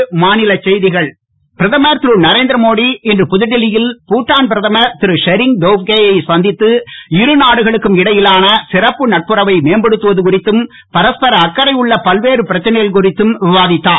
சந்திப்பு பிரதமர் திரு நரேந்திரமோடி இன்று புதுடெல்லியில் பூடான் பிரதமர் திரு ஷெரிங் டோப்கே யை சந்தித்து இருநாடுகளுக்கும் இடையிலான சிறப்பு நட்புறவை மேம்படுத்துவது குறித்தும் பரஸ்பர அக்கறை உள்ள பல்வேறு பிரச்சனைகள் குறித்தும் விவாதித்தார்